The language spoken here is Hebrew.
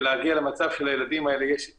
ולהגיע למצב שלילדים האלה יש את